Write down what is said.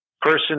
person